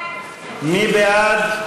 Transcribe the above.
מי בעד?